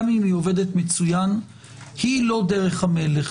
גם אם היא עובדת מצוין - היא לא דרך המלך.